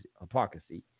hypocrisy